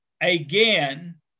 again